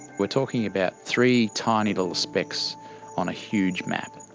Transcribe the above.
we're talking about three tiny little specks on a huge map.